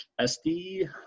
SD